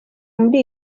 muri